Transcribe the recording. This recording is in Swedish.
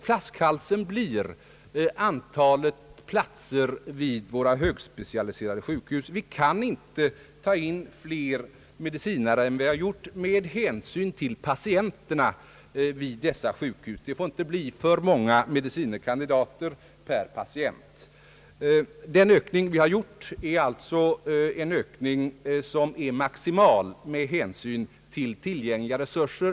Flaskhalsen blir antalet platser vid våra högspecialiserade sjukhus. Vi kan inte ta in fler medicinare än vi har gjort, med hänsyn till patienterna vid dessa sjukhus. Det får inte bli för många kandidater per patient. Den ökning vi har gjort är alltså en ökning som är maximal med hänsyn till tillgängliga resurser.